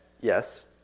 Yes